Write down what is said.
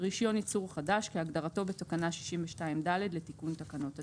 "רישיון ייצור חדש" כהגדרתו בתקנה 62(ד) לתיקון תקנות התיעוד."."